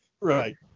right